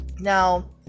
Now